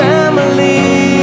Family